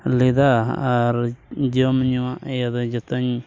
ᱞᱮᱫᱟ ᱟᱨ ᱡᱚᱢ ᱧᱩᱣᱟᱜ ᱤᱭᱟᱹ ᱫᱚ ᱡᱚᱛᱚᱧ